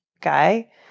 guy